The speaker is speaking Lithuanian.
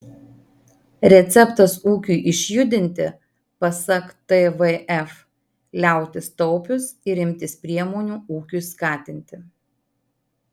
receptas ūkiui išjudinti pasak tvf liautis taupius ir imtis priemonių ūkiui skatinti